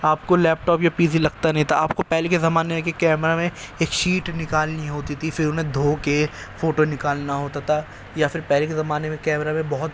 آپ کو laptop یا پی سی لگتا نہیں تھا آپ کو پہلے کے زمانے کے کیمرا میں ایک شیٹ نکالنی ہوتی تھی پھر انہیں دھو کے فوٹو نکالنا ہوتا تھا یا پھر پہلے کے زمانے میں کیمرا میں بہت